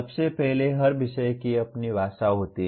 सबसे पहले हर विषय की अपनी भाषा होती है